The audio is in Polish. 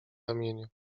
ramieniu